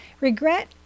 Regret